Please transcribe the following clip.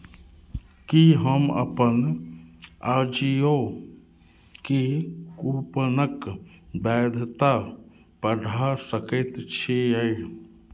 की हम अपन आजिओके कूपनक वैधता बढ़ा सकैत छियै